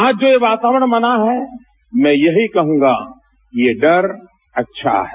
आज जो ये वातावरण बना है मैं यही कहूंगा कि यह डर अच्छा है